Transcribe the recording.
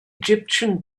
egyptian